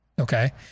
Okay